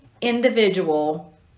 individual